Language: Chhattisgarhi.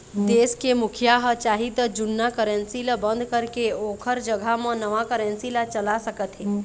देश के मुखिया ह चाही त जुन्ना करेंसी ल बंद करके ओखर जघा म नवा करेंसी ला चला सकत हे